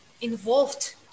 involved